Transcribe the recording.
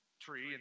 tree